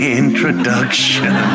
introduction